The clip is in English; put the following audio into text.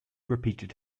repeated